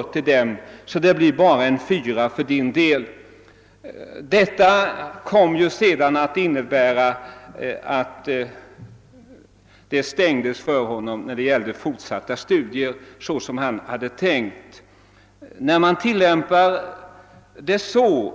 Till dessa hörde den unge mannen som jag talade med, och han fick följaktligen bara betyget 4. Detta fick sedan till följd att vägen till lämpning fortsatta studier för honom på det område det gällde stängdes. När man tillämpar betygssättningen